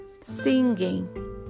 Singing